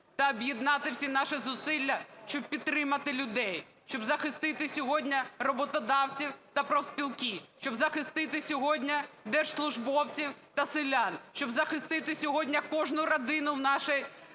та об'єднати всі наші зусилля, щоб підтримати людей, щоб захистити сьогодні роботодавців та профспілки, щоб захистити сьогодні держслужбовців та селян, щоб захистити сьогодні кожну родину в нашій країні